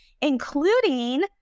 including